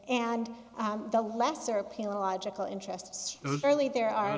and the lesser appeal a logical interests early there are